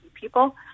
people